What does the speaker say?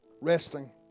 resting